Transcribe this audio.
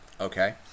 Okay